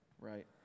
right